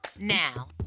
Now